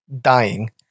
dying